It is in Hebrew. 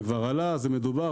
זה כבר עלה ומדובר,